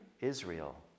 Israel